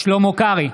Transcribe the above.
שלמה קרעי,